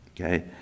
okay